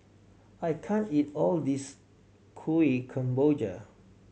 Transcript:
I can't eat all this Kuih Kemboja